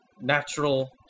natural